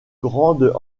grande